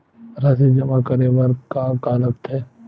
राशि जमा करे बर का का लगथे?